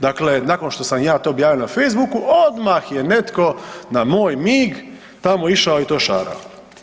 Dakle, nakon što sam ja to objavio na Facebook-u odmah je netko na moj mig tamo išao i to šarao.